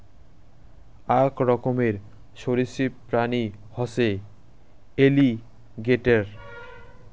আক রকমের সরীসৃপ প্রাণী হসে এলিগেটের